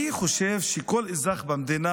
אני חושב שכל אזרח במדינה,